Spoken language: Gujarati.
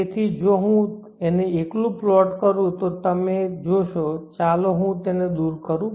તેથી જો હું તેને એકલું પ્લોટકરું છું તો તમે તે જોશો ચાલો હું તેને દૂર કરું